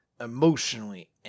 emotionally